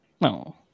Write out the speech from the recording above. No